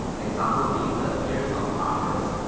example being the appearance of argus.